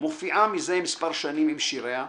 מופיעה מזה מספר שנים עם שיריה,